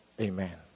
amen